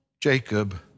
Jacob